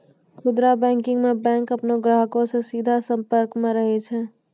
खुदरा बैंकिंग मे बैंक अपनो ग्राहको से सीधा संपर्क मे रहै छै